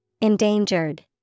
Endangered